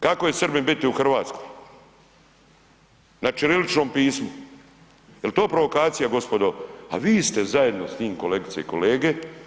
Kako je Srbin biti u Hrvatskoj na ćiriličnom pismu, jel to provokacija gospodo, a vi ste zajedno s njim kolegice i kolege?